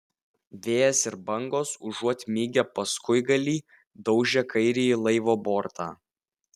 vėjas ir bangos užuot mygę paskuigalį daužė kairįjį laivo bortą